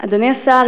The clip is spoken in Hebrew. אדוני השר,